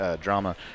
drama